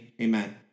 amen